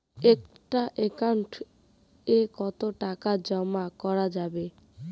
একটা একাউন্ট এ কতো টাকা জমা করা যাবে?